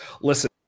Listen